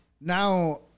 now